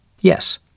Yes